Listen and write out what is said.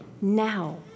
now